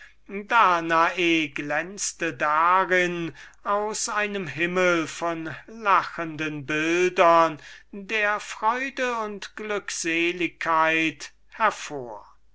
glänzte darin aus einem himmel von lachenden bildern der freude und glückseligkeit hervor